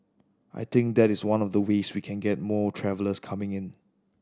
I think that is one of the ways we can get more travellers coming in